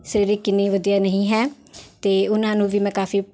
ਸਰੀਰਿਕ ਇੰਨੀ ਵਧੀਆ ਨਹੀਂ ਹੈ ਤਾਂ ਉਹਨਾਂ ਨੂੰ ਵੀ ਮੈਂ ਕਾਫੀ